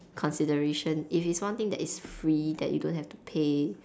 consideration if it is one thing that is free that you don't have to pay